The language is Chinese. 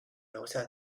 留下